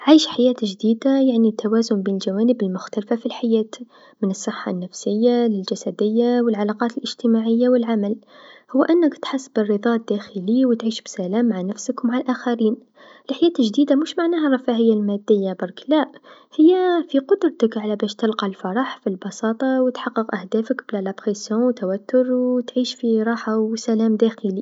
عيش حياة جديدا يعني توازن بين الجوانب المختلفه في الحياة، من الصحه النفسيه للجسديه و العلاقات الإجتماعيه و العمل، هو أنك تحس بالرضى الداخلي و تعيش بسلام مع نفسك و مع الآخرين، الحياة الجديدا مش معناها الرفاهيه الماديه برك، لا! هي في قدرتك على باش تلقى الفرح في البساطه و تحقق أهدافك بدون صغط و توتر و تعيش في راحه و سلام داخلي.